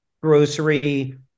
grocery